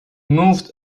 moved